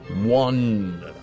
one